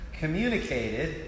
communicated